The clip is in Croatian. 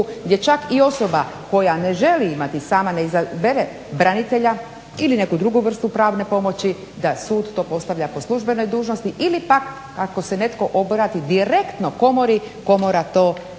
gdje čak i osoba koja ne želi imati sama ne izabere branitelja ili neku drugu vrstu pravne pomoći, da sud to postavlja po službenoj dužnosti ili pak ako se netko obrati direktno komori komora to po